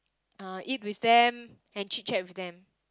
uh eat with them and chit-chat with them